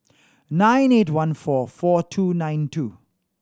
nine eight one four four two nine two